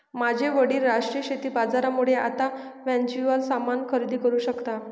माझे वडील राष्ट्रीय शेती बाजारामुळे आता वर्च्युअल सामान खरेदी करू शकता